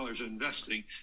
investing